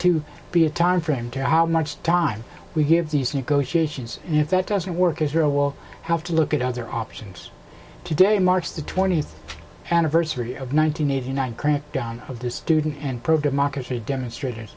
to be a timeframe to how much time we give these negotiations and if that doesn't work israel will have to look at other options today marks the twentieth anniversary of nine hundred eighty nine crackdown of the student and pro democracy demonstrator